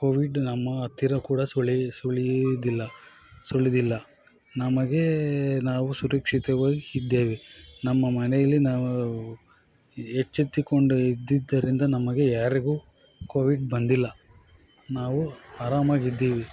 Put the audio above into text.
Covid ನಮ್ಮ ಹತ್ತಿರ ಕೂಡ ಸುಳಿ ಸುಳಿಯೂದಿಲ್ಲ ಸುಳಿದಿಲ್ಲ ನಮಗೇ ನಾವು ಸುರಕ್ಷಿತವಾಗಿ ಇದ್ದೇವೆ ನಮ್ಮ ಮನೆಯಲ್ಲಿ ನಾವು ಎಚ್ಚೆತ್ತುಕೊಂಡು ಇದ್ದಿದ್ದರಿಂದ ನಮಗೆ ಯಾರಿಗು ಕೋವಿಡ್ ಬಂದಿಲ್ಲ ನಾವು ಆರಾಮಾಗಿದ್ದೀವಿ